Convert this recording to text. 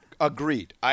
Agreed